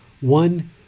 one